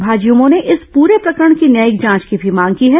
भाजयमों ने इस पूरे प्रकरण की न्यायिक जांच की भी मांग की है